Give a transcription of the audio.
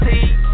see